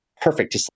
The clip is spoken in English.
perfect